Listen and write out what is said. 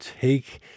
take